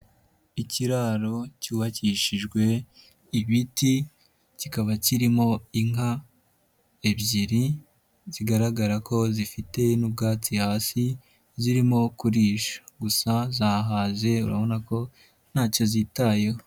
Ikiraro cyubakishijwe ibiti, kikaba kirimo inka ebyiri zigaragara ko zifite n'ubwatsi hasi zirimo kurisha, gusa zahaze urabona ko ntacyo zitayeho.